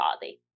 body